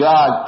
God